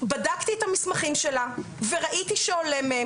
בדקתי את המסמכים שלה וראיתי שעולה מהם